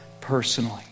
personally